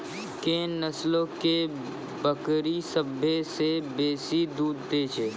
कोन नस्लो के बकरी सभ्भे से बेसी दूध दै छै?